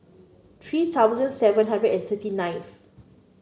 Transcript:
three thousand seven hundred and thirty ninth